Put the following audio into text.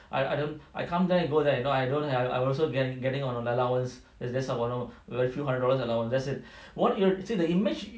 I I don't I can't plan to go there you know I don't have I'm also getting getting the allowance three hundred dollar allowance that's it what you see the image